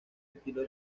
estilo